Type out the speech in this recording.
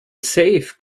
safe